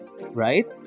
right